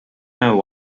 know